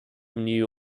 new